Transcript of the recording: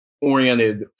oriented